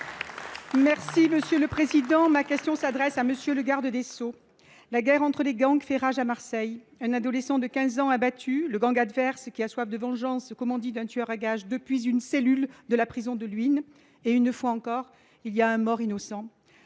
et Républicain. Ma question s’adresse à M. le garde des sceaux. La guerre entre les gangs fait rage à Marseille. Un adolescent de 15 ans est abattu ; le gang adverse, qui a soif de vengeance, commandite un tueur à gages depuis une cellule de la prison de Luynes et, une fois encore, il y a un mort innocent,